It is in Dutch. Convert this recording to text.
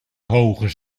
hoger